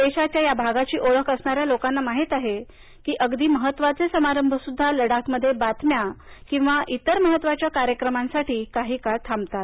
देशाच्या या भागाची ओळख असणाऱ्या लोकांना माहीत आहे की अगदी महत्त्वाचे समारंभसुद्धा लडाखमध्ये बातम्या किंवा इतर महत्त्वाच्या कार्यक्रमांसाठी काही काळ थांबतात